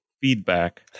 feedback